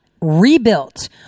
rebuilt